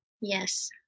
Yes